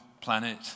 planet